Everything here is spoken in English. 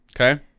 Okay